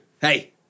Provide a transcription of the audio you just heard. Hey